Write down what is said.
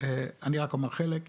אני אומר חלק,